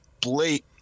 Blade